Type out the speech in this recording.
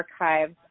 archives